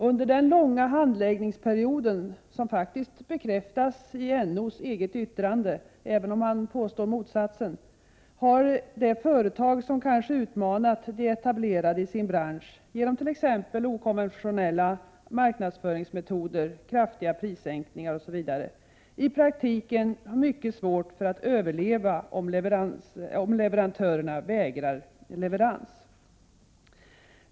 Under den långa handläggningsperioden, som faktiskt bekräftas i NO:s yttrande — även om han påstår motsatsen —, har det företag som kanske utmanat de etablerade i sin bransch genom t.ex. okonventionella marknadsföringsmetoder och kraftiga prissänkningar, i praktiken mycket svårt att överleva om leverantörerna vägrar leverans.